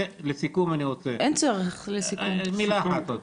לסיכום, אני רוצה מילה אחת עוד.